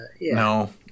No